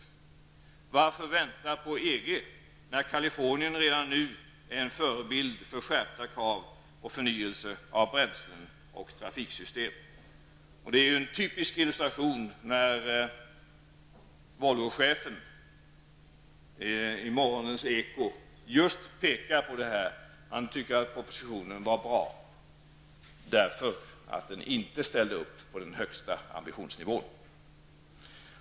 Men varför vänta på EG när Kalifornien redan nu är en förebild för skärpta krav på förnyelse av bränslen och trafiksystem? En typisk illustration här är att Volvochefen i Ekot i morse just pekade på detta. Han tycker att propositionen är bra, därför att den inte så att säga ställer upp på den högsta ambitionsnivån.